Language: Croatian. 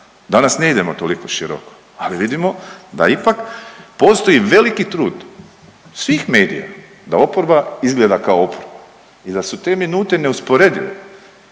Danas ne idemo toliko široko, ali vidimo da ipak postoji veliki trud svih medija da oporba izgleda kao … i da su te minute neusporedive